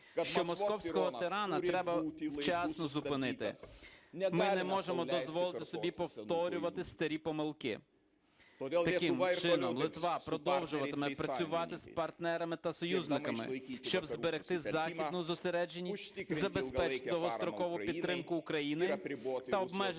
що московського тирана треба вчасно зупинити, ми не можемо дозволити собі повторювати старі помилки. Таким чином Литва продовжуватиме працювати з партнерами та союзниками, щоб зберегти західну зосередженість, забезпечити довгострокову підтримку України та обмежити